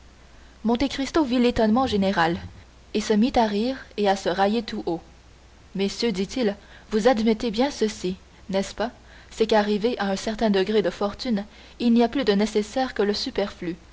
fondu monte cristo vit l'étonnement général et se mit à rire et à se railler tout haut messieurs dit-il vous admettez bien ceci n'est-ce pas c'est qu'arrivé à un certain degré de fortune il n'y a plus de nécessaire que le superflu